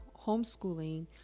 homeschooling